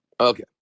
Okay